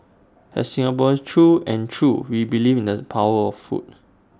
as Singaporeans through and through we believe in the power of food